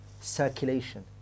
circulation